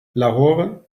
lahore